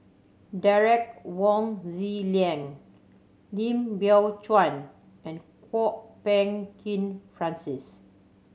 Derek Wong Zi Liang Lim Biow Chuan and Kwok Peng Kin Francis